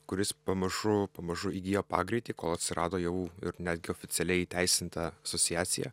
kuris pamažu pamažu įgijo pagreitį kol atsirado jau ir netgi oficialiai įteisinta sosiacija